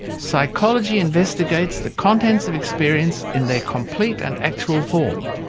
psychology investigates the contents of experience in their complete and actual form,